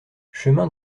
chemin